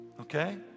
Okay